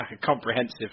Comprehensive